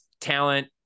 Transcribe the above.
talent